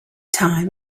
time